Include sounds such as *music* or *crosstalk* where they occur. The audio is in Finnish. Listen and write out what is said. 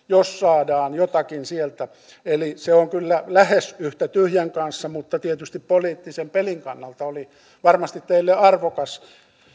*unintelligible* jos saadaan jotakin sieltä eli se on kyllä lähes yhtä tyhjän kanssa mutta tietysti poliittisen pelin kannalta oli varmasti teille arvokas